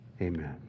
Amen